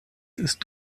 ist